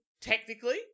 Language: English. technically